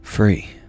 ...free